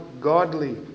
godly